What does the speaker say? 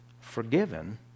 forgiven